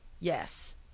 Yes